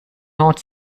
not